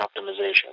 optimization